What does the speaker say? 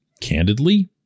candidly